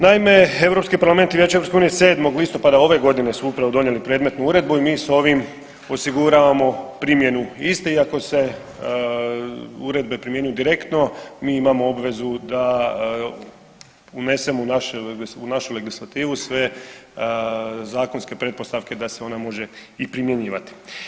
Naime, Europski parlament i Vijeće Europske unije 7. listopada ove godine su upravo donijeli predmetnu uredbu i mi sa ovim osiguravamo primjenu iste iako se uredbe primjenjuju direktno mi imamo obvezu da unesemo u našu legislativu sve zakonske pretpostavke da se ona može i primjenjivati.